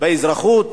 באזרחות